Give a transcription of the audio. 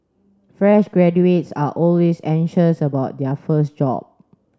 fresh graduates are always anxious about their first job